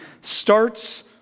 starts